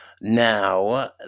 Now